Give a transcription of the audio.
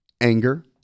anger